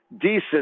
decent